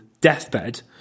deathbed